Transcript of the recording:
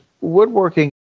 woodworking